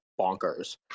bonkers